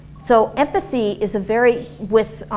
so empathy is a very with